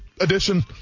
edition